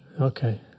Okay